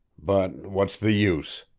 but, what's the use?